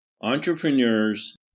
Entrepreneurs